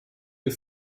dir